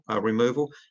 removal